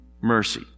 mercy